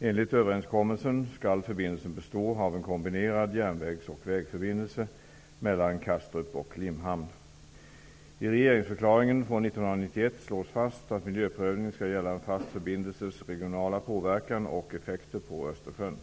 Enligt överenskommelsen skall förbindelsen bestå av en kombinerad järnvägs och vägförbindelse mellan Kastrup och Limhamn. I regeringsförklaringen från 1991 slås fast att miljöprövningen skall gälla en fast förbindelses regionala påverkan och effekter på Östersjön.